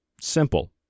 Simple